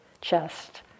chest